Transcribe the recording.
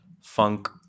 funk